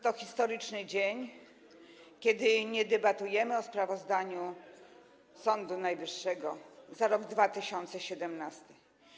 To historyczny dzień, nie debatujemy o sprawozdaniu Sądu Najwyższego za rok 2017.